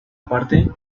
aparte